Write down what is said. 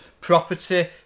property